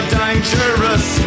dangerous